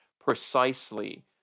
precisely